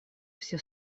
все